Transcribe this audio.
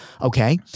okay